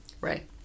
Right